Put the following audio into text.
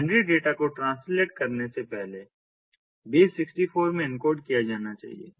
binary data को translate करने से पहले बेस 64 में एनकोड किया जाना चाहिए